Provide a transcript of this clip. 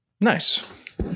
Nice